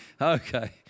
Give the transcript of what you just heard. Okay